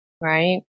right